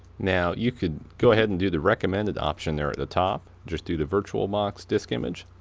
now you could go ahead and do the recommended option there at the top, just do the virtualbox disk image,